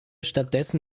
stattdessen